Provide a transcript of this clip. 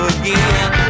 again